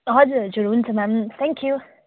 हजुर हजुर हुन्छ म्याम थ्याङ्क यू